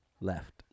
Left